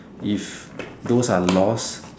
if those are lost